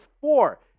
four